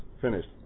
finished